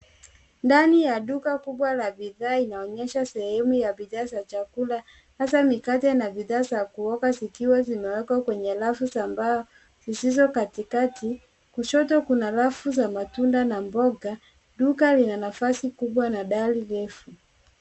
Ndani ya duka kubwa la bidhaa inaonyesha sehemu ya bidhaa za chakula , hasa mikate na bidhaa za kuoka zikiwa zimewekwa kwenye rafu za mbao zisizo katikati. Kushoto kuna rafu za matunda na mboga. Duka lina nafasi kubwa na dari refu.